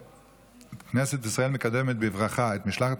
כנסת ישראל מקדמת בברכה את משלחת